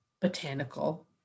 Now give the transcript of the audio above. botanical